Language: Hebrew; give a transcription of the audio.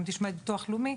גם תשמע את ביטוח לאומי,